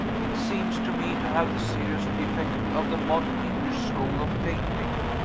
it seems to me to have the serious defect of the modern english school of painting.